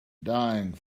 dying